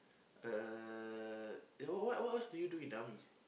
uh ya what what what else do you do in army